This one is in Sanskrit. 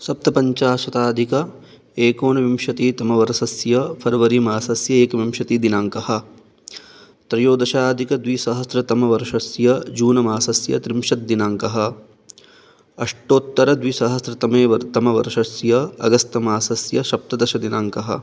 सप्तपञ्चाशदधिक एकोनविंशतितमवर्षस्य फ़र्वरि मासस्य एकविंशति दिनाङ्कः त्रयोदशाधिकद्विसहस्रतमवर्षस्य जूनमासस्य त्रिंशद्दिनाङ्कः अष्टोत्तरद्विसहस्रतमे वर् तमवर्षस्य अगस्त्मासस्य सप्तदशदिनाङ्कः